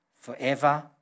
Forever